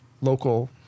local